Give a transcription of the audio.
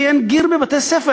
לי אין גיר בבתי-הספר,